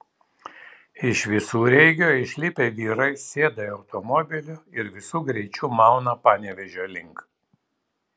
iš visureigio išlipę vyrai sėda į automobilį ir visu greičiu mauna panevėžio link